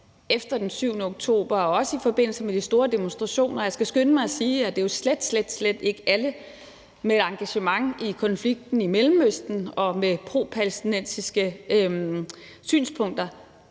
efter den 7. oktober og også i forbindelse med de store demonstrationer, og jeg skal skynde mig at sige, at det jo slet, slet ikke er alle med et engagement i konflikten i Mellemøsten og med propalæstinensiske synspunkter,